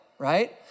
right